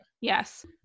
Yes